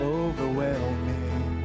overwhelming